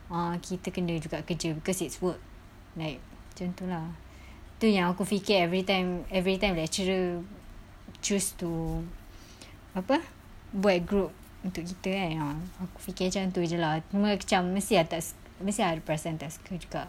ah kita kena juga kerja because it's work like macam tu lah tu yang aku fikir everytime everytime lecturer choose to apa buat group untuk kita kan ah aku fikir macam tu jer lah cuma macam mesti lah tak mesti ah perasaan tak suka juga